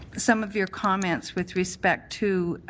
some of your comments with respect to